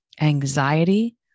anxiety